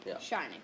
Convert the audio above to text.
shining